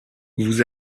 vous